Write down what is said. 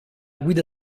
guida